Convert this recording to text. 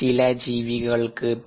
ചില ജീവികൾക്ക് പി